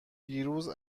دیروز